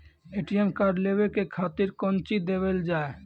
ATM card लेवे के खातिर कौंची देवल जाए?